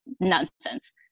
nonsense